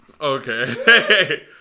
Okay